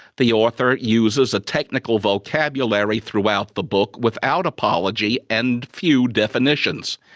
the author uses a technical vocabulary throughout the book without apology and few definitions.